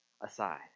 aside